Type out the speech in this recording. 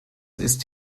ist